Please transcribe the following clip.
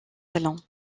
talent